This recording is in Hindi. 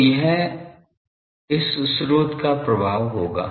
तो यह इस स्रोत का प्रभाव होगा